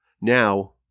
now